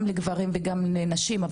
גם לגברים וגם לנשים,